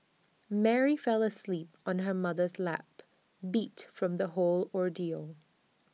Mary fell asleep on her mother's lap beat from the whole ordeal